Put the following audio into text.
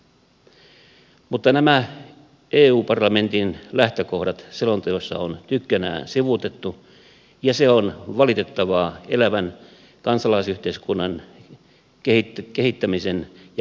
mutta nämä eu parlamentin lähtökohdat selonteossa on tykkänään sivuutettu ja se on valitettavaa elävän kansalaisyhteiskunnan kehittämisen ja vahvistamisen näkökulmasta